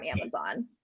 Amazon